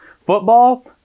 Football